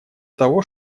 того